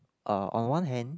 uh on one hand